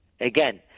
Again